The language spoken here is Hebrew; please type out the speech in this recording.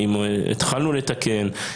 האם התחלנו לתקן,